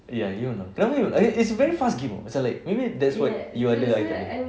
ya you know eh it's a very fast game oh macam like maybe that's what you ada I punya